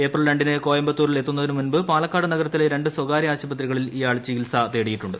April രണ്ടിന് കോയമ്പത്തൂരിൽ എത്തുന്നതിനു മുൻപ് പാലക്കാട് നഗരത്തിലെ രണ്ട് സ്വകാര്യ ആശുപത്രികളിൽ ഇയാൾ ചികിത്സ തേടിയിട്ടുണ്ട്